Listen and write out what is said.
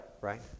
right